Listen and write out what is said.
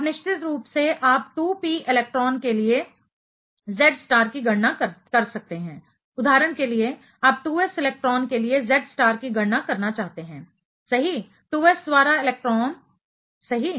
आप निश्चित रूप से आप 2p इलेक्ट्रॉन के लिए Z स्टार की गणना कर सकते हैं उदाहरण के लिए आप 2s इलेक्ट्रॉन के लिए Z स्टार की गणना करना चाहते हैं सही 2s दूसरा इलेक्ट्रॉन सही